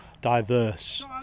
diverse